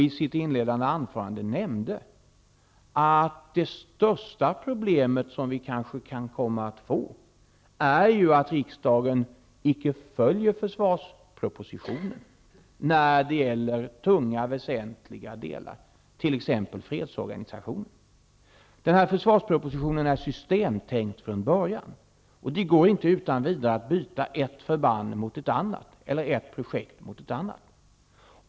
I sitt inledande anförande nämnde han att det största problemet som vi kan komma att få, är att riksdagen inte följer försvarspropositionen när det gäller tunga väsentliga delar, t.ex. fredsorganisationerna. Det har varit ett systemtänkande ända från början i försvarspropositionen. Det går inte utan vidare att byta ett förband eller projekt mot ett annat.